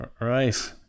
right